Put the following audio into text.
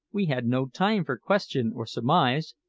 we had no time for question or surmise,